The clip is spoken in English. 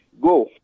go